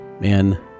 man